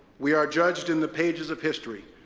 we are judged in the pages of history,